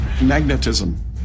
magnetism